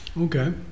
okay